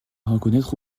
reconnaître